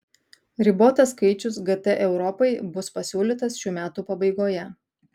ribotas skaičius gt europai bus pasiūlytas šių metų pabaigoje